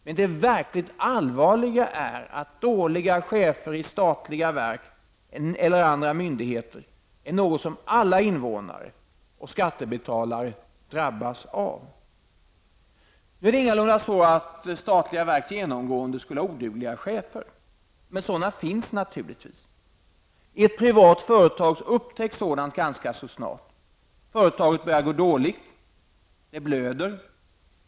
Men det verkligt allvarliga är att dåliga chefer i statliga verk eller andra myndigheter är något som alla invånare och skattebetalare drabbas av. Nu är det ingalunda så att statliga verk genomgående skulle ha odugliga chefer. Men sådana finns naturligtvis. I ett privat företag upptäcks sådant ganska snart. Företaget börjar gå dåligt. Det blöder.